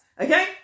okay